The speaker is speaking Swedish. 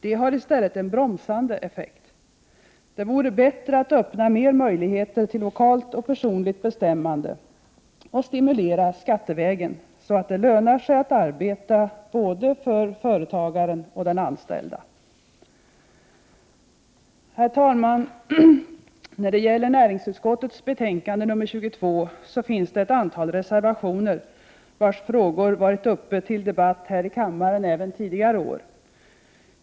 De har i stället en bromsande effekt. Det vore bättre att se till att det blir fler möjligheter till lokalt och personligt bestämmande och även att stimulera skattemässigt. Det måste ju löna sig att arbeta både för företagaren och för den anställde. Herr talman! I näringsutskottets betänkande 22 finns det ett antal reservationer där frågor tas upp som har varit föremål för debatt här i kammaren även tidigare år.